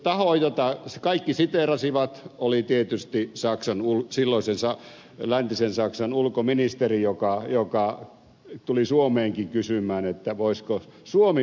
taho jota kaikki siteerasivat oli tietysti silloisen läntisen saksan ulkoministeri joka tuli suomeenkin kysymään voisiko suomi osallistua taakanjakoon